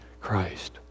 Christ